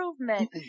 improvement